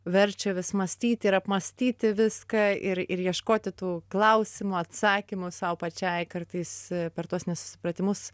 verčia vis mąstyti ir apmąstyti viską ir ir ieškoti tų klausimų atsakymų sau pačiai kartais per tuos nesusipratimus